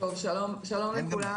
צריך את הכול,